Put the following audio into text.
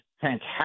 fantastic